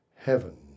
heaven